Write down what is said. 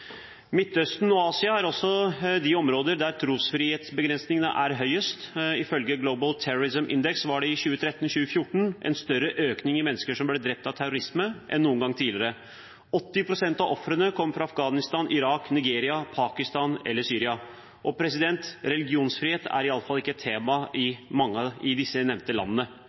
Midtøsten og Asia er de områdene der trosfrihetsbegrensningene er størst. Ifølge Global Terrorism Index var det i 2013–2014 en større økning i mennesker som ble drept av terrorisme, enn noen gang tidligere. 80 pst. av ofrene kom fra Afghanistan, Irak, Nigeria, Pakistan eller Syria, og religionsfrihet er iallfall ikke et tema i disse nevnte landene. Det er nettopp i disse landene